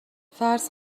فرض